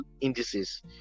indices